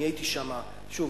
אני הייתי שם שוב,